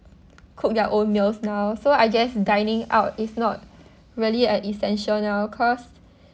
cook their own meals now so I guess dining out is not really a essential now cause